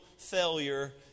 Failure